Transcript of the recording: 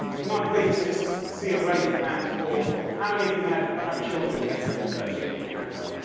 can i please just see a raise of hands for how many of you have children in this room today? please put your hands up.